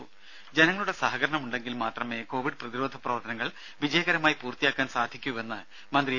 ദേദ ജനങ്ങളുടെ സഹകരണം ഉണ്ടെങ്കിൽ മാത്രമേ കോവിഡ് പ്രതിരോധ പ്രവർത്തനങ്ങൾ വിജയകരമായി പൂർത്തിയാക്കാൻ സാധിക്കൂവെന്ന് മന്ത്രി എ